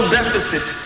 deficit